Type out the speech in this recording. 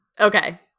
Okay